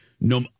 No